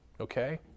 Okay